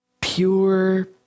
pure